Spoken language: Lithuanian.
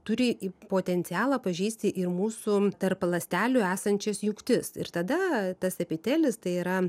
turi potencialą pažeisti ir mūsų tarp ląstelių esančias jugtis ir tada tas epitelis tai yra